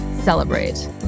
celebrate